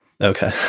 Okay